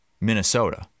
Minnesota